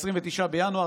ב-29 בינואר,